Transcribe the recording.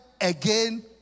again